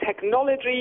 technology